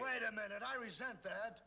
wait a minute i resent that